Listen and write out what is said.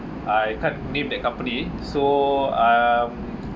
I can't name the company so um